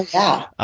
yeah.